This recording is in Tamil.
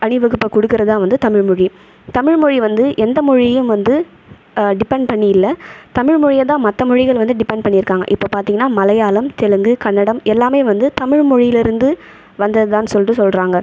அணிவகுப்பை கொடுக்கறதான் வந்து தமிழ் மொழி தமிழ் மொழி வந்து எந்த மொழியையும் வந்து டிபெண்ட் பண்ணியில்ல தமிழ் மொழியை தான் மற்ற மொழிகள் வந்து டிபெண்ட் பண்ணியிருக்காங்க இப்போ பார்த்தீங்கன்னா மலையாளம் தெலுங்கு கன்னடம் எல்லாமே வந்து தமிழ் மொழியிலிருந்து வந்ததுதான்னு சொல்லிட்டு சொல்கிறாங்க